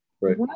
Right